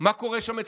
מה קורה שם אצלכם?